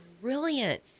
brilliant